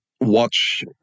watch